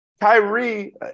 Kyrie